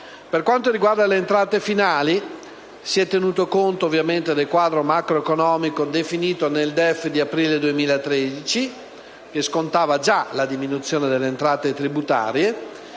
Per quanto concerne le entrate finali, si è tenuto conto ovviamente del quadro macroeconomico definito nel DEF di aprile 2013, che scontava già la diminuzione delle entrate tributarie,